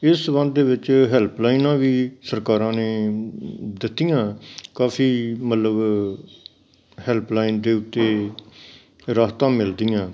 ਇਸ ਸੰਬੰਧ ਦੇ ਵਿੱਚ ਹੈਲਪਲਾਈਨਾਂ ਵੀ ਸਰਕਾਰਾਂ ਨੇ ਦਿੱਤੀਆਂ ਕਾਫੀ ਮਤਲਬ ਹੈਲਪਲਾਈਨ ਦੇ ਉੱਤੇ ਰਾਹਤਾਂ ਮਿਲਦੀਆਂ